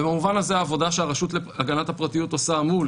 ובמובן הזה העבודה שהרשות להגנת הפרטיות עושה מול